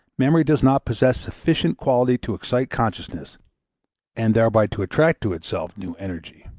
memory does not possess sufficient quality to excite consciousness and thereby to attract to itself new energy.